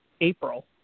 April